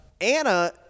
Anna